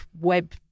web